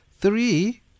three